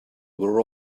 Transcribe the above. were